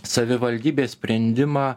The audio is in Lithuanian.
savivaldybės sprendimą